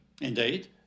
Indeed